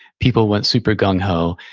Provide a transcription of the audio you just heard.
people went super gung ho,